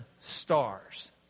stars